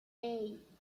hey